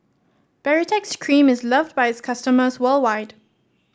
Baritex Cream is loved by its customers worldwide